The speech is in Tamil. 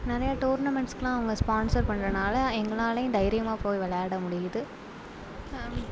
நிறையா டோர்னமெண்ட்ஸ்கெலாம் அவங்க ஸ்பான்சர் பண்ணுறனால எங்களாலேயும் தைரியமாக போய் விளயாட முடியுது